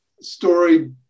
story